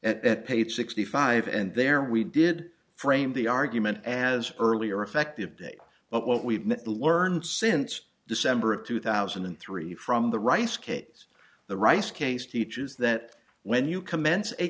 at page sixty five and there we did frame the argument as earlier effective day but what we've learned since december of two thousand and three from the rice case the rice case teaches that when you com